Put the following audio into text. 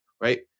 Right